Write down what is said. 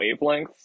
wavelengths